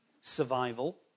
Survival